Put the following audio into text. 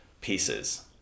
pieces